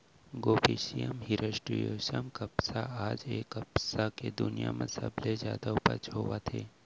Gossypium hirsutum कपसा आज ए कपसा के दुनिया म सबले जादा उपज होवत हे